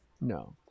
No